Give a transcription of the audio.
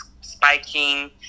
spiking